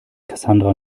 cassandra